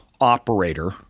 operator